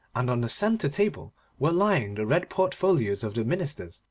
and on the centre table were lying the red portfolios of the ministers,